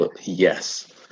Yes